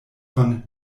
von